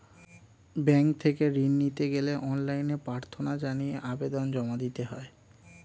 bank থেকে ঋণ নিতে গেলে অনলাইনে প্রার্থনা জানিয়ে আবেদন জমা দিতে হয়